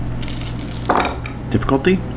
Difficulty